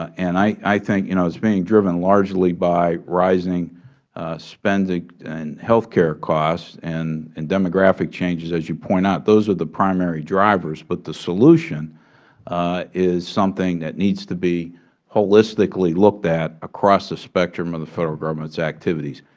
and i think it you know is being driven largely by rising spending and health care costs and and demographic changes, as you point out. those are the primary drivers, but the solution is something that needs to be holistically looked at across the spectrum of the federal government's activities.